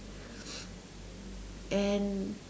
and